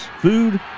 food